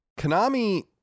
Konami